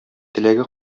теләге